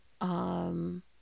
Um-